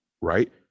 right